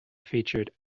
featured